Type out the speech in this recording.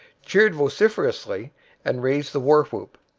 cheered vociferously and raised the war-whoop.